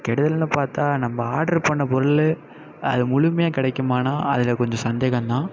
கெடுதல்னு பார்த்தா நம்ம ஆர்டர் பண்ண பொருள் அது முழுமையாக கிடைக்குமான்னா அதில் கொஞ்ச சந்தேகம்தான்